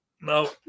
No